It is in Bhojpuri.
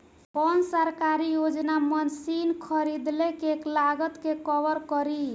कौन सरकारी योजना मशीन खरीदले के लागत के कवर करीं?